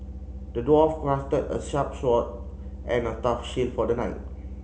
the dwarf crafted a sharp sword and a tough shield for the knight